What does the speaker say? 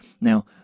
Now